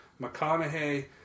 McConaughey